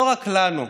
לא רק לנו,